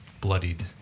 bloodied